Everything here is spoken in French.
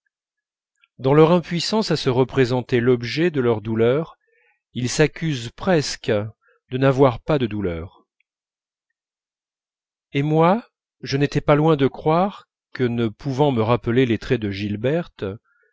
dans leur impuissance à se représenter l'objet de leur douleur ils s'accusent presque de n'avoir pas de douleur et moi je n'étais pas loin de croire que ne pouvant me rappeler les traits de gilberte